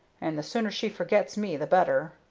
and the sooner she forgets me the better.